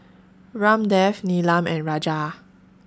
Ramdev Neelam and Raja